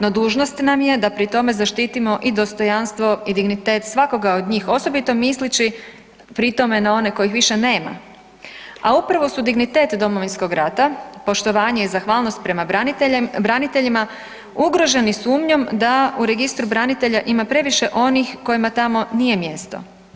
No dužnost nam je da pri tome zaštitimo i dostojanstvo i dignitet svakoga od njih osobito misleći pri tome na one kojih više nema, a upravo su dignitet Domovinskog rata poštovanje i zahvalnost prema braniteljima ugroženi sumnjom da u Registru branitelja ima previše onih kojima tamo nije mjesto.